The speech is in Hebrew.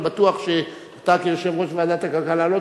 אני בטוח שאתה כיושב-ראש ועדת הכלכלה לא